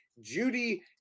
Judy